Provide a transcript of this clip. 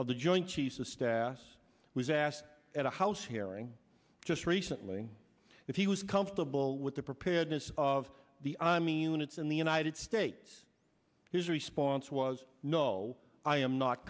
of the joint chiefs of staffs was asked at a house hearing just recently if he was comfortable with the preparedness of the i mean units in the united states his response was no i am not